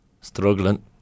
struggling